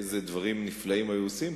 אילו דברים נפלאים היו עושים,